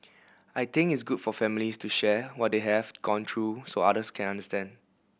I think it's good for families to share what they have gone through so others can understand